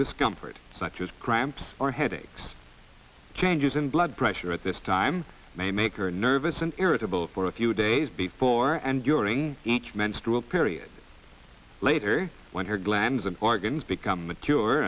discomfort such as cramps or headaches changes in blood pressure at this time may make her nervous and irritable for a few days before and during each menstrual period later when her glands and organs become mature